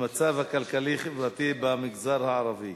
בנושא: המצב הכלכלי-חברתי במגזר הערבי,